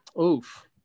Oof